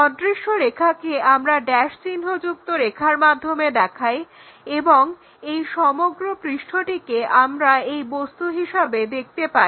অদৃশ্য রেখাকে আমরা ড্যাশ চিহ্ন যুক্ত রেখার মাধ্যমে দেখাই এবং এই সমগ্র পৃষ্ঠটিকে আমরা এই বস্তু হিসেবে দেখতে পাই